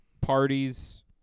parties